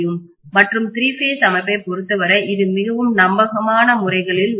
மற்றும் three phase அமைப்பைப் பொருத்தவரை இது மிகவும் நம்பகமான முறைகளில் ஒன்றாகும்